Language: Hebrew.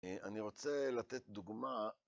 ‫אני רוצה לתת דוגמה.